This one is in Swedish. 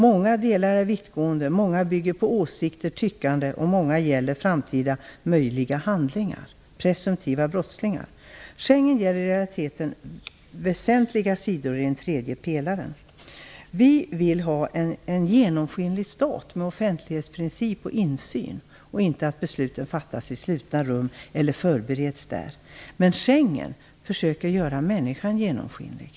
Många delar är vittgående, många bygger på åsikter och tyckanden och många gäller framtida möjliga handlingar och presumtiva brottslingar. Schengen gäller i realiteten väsentliga sidor i den tredje pelaren. Vi vill ha en genomskinlig stat med offentlighetsprincip och insyn. Vi vill inte att beslut förbereds och/eller fattas i slutna rum. Schengenavtalet försöker genom sin rapportör göra människan genomskinlig.